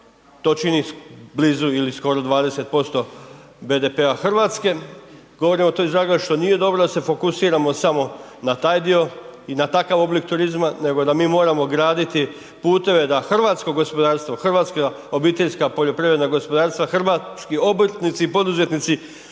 to čini blizu ili skoro 20% BDP-a Hrvatske, govorimo to iz razloga što nije dobro da se fokusiramo samo na taj dio i na takav oblik turizma, nego da mi moramo graditi puteve da hrvatsko gospodarstvo, hrvatska obiteljska poljoprivredna gospodarstva, hrvatski obrtnici i poduzetnici